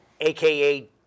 aka